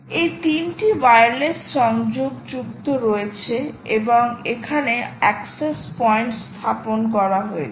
এই 3 টি ওয়্যারলেস সংযোগযুক্ত রয়েছে এবং এখানে অ্যাক্সেস পয়েন্ট স্থাপন করা হয়েছে